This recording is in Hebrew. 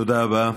תודה רבה,